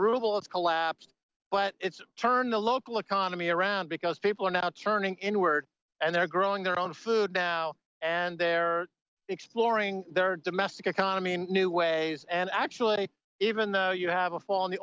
rule is collapsed but it's turned the local economy around because people are now turning inward and they're growing their own food now and they're exploring their domestic economy in new ways and actually even though you have a fall in the